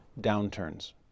downturns